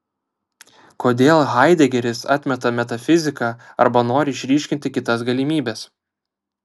kodėl haidegeris atmeta metafiziką arba nori išryškinti kitas galimybes